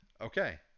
okay